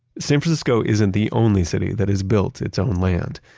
san francisco isn't the only city that has built its own land.